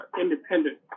independent